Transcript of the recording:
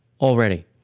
already